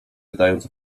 pytając